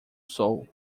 sou